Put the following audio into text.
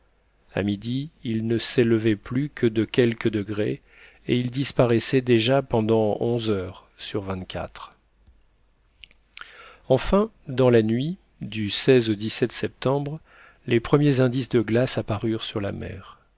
à midi il ne s'élevait plus que de quelques degrés et il disparaissait déjà pendant onze heures sur vingt-quatre enfin dans la nuit du au septembre les premiers indices de glace apparurent sur la mer